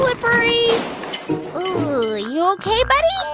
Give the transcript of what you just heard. slippery. ooh, you ok, buddy?